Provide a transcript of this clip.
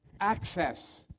access